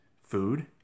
food